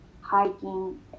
hiking